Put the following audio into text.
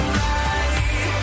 right